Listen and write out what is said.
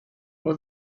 for